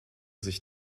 sich